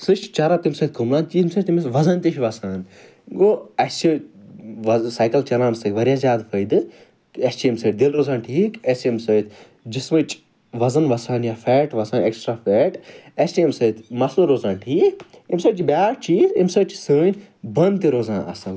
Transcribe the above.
سُہ چھُ چرٕب تَمہِ سۭتۍ کُمبلان ییٚمہِ سۭتۍ تٔمِس وَزَن تہِ چھُ وَسان گوٚو اسہِ چھُ سایکَل چَلاونہٕ سۭتۍ واریاہ زیادٕ فٲیدٕ اسہِ چھُ اَمہِ سۭتۍ دل روزان ٹھیٖک اسہِ چھِ اَمہِ سۭتۍ جسمٕچۍ وزن وَسان یا فیٹ وَسان ایٚکٕسٹرٛا فیٹ اسہِ چھُ اَمہِ سۭتۍ مسٕل روزان ٹھیٖک اَمہِ سۭتۍ چھِ بیٛاکھ چیٖز اَمہِ سۭتۍ چھِ سٲنۍ تہِ روزان اصٕل